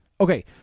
okay